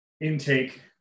intake